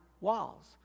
walls